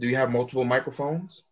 do you have multiple microphones